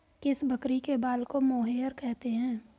किस बकरी के बाल को मोहेयर कहते हैं?